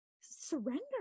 surrender